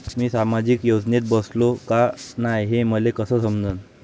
मी सामाजिक योजनेत बसतो का नाय, हे मले कस समजन?